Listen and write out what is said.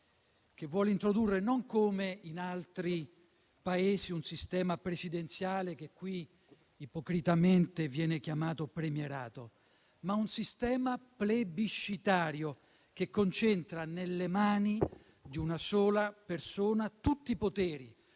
che vuole introdurre, non come in altri Paesi un sistema presidenziale che qui ipocritamente viene chiamato premierato, ma un sistema plebiscitario, che concentra nelle mani di una sola persona tutti i poteri